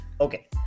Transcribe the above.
Okay